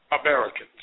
Americans